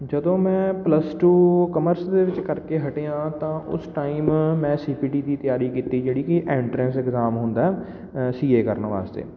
ਜਦੋਂ ਮੈਂ plus two commerce ਦੇ ਵਿੱਚ ਕਰਕੇ ਹਟਿਆ ਤਾਂ ਉਸ ਟਾਈਮ ਮੈਂ ਸੀ ਪੀ ਟੀ ਦੀ ਤਿਆਰੀ ਕੀਤੀ ਜਿਹੜੀ ਕਿ ਐਂਟਰੈਂਸ ਐਗਜ਼ਾਮ ਹੁੰਦਾ ਸੀ ਏ ਕਰਨ ਵਾਸਤੇ